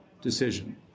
decision